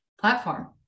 platform